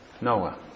Noah